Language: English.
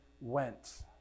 went